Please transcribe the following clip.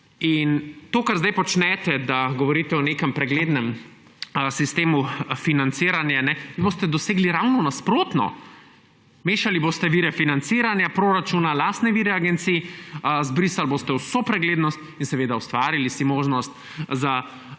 In to kar sedaj počnete, da govorite o nekem preglednem sistemu financiranja, vi boste dosegli ravno nasprotno; mešali boste vire financiranja, proračuna, lastne vire agencij, zbrisali boste vso preglednost in si seveda ustvarili možnost za